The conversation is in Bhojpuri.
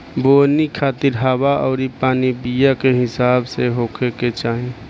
बोवनी खातिर हवा अउरी पानी बीया के हिसाब से होखे के चाही